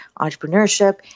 entrepreneurship